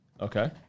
Okay